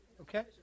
Okay